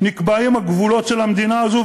נקבעים הגבולות של המדינה הזאת,